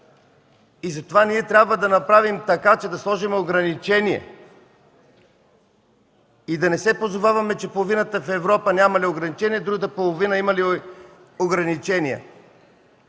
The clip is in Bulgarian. Затова ние трябва да направим така, че да сложим ограничение и да не се позоваваме, че половината в Европа нямали ограничение, а другата половина имали. Ние